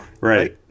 Right